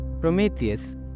Prometheus